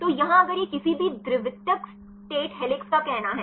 तो यहाँ अगर यह किसी भी द्वितीयक स्टेट हेलिक्स का कहना है